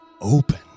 open